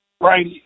Right